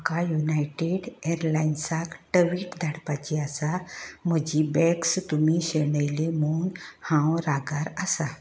म्हाका युनायटेड ऍरलाइन्साक टवेट धाडपाची आसा म्हजीं बॅग्स तुमी शेणयलीं म्हूण हांव रागार आसां